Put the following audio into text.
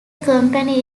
company